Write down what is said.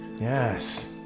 yes